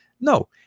No